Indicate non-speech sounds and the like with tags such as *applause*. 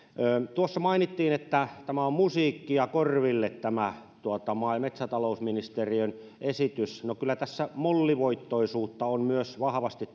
tuossa mainittiin että on musiikkia korville tämä maa ja metsätalousministeriön esitys no kyllä mollivoittoisuutta on myös vahvasti *unintelligible*